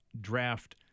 draft